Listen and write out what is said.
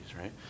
right